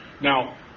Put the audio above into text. Now